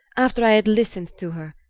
after i had listened to her,